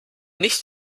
nicht